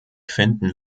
finden